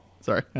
Sorry